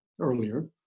earlier